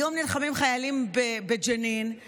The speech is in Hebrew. היום נלחמים חיילים בג'נין,